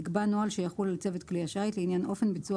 יקבע נוהל שיחול על צוות כלי השיט לעניין אופן ביצוע